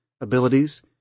abilities